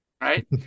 right